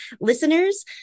Listeners